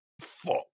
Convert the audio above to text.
fuck